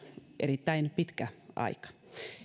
erittäin pitkä aika